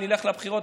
אם נלך לבחירות,